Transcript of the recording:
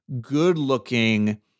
good-looking